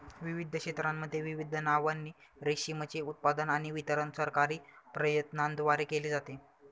विविध क्षेत्रांमध्ये विविध नावांनी रेशीमचे उत्पादन आणि वितरण सरकारी प्रयत्नांद्वारे केले जाते